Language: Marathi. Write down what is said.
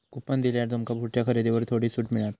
कुपन दिल्यार तुमका पुढच्या खरेदीवर थोडी सूट मिळात